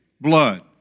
blood